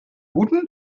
guten